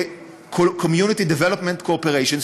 Community Development Corporations,